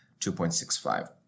2.65%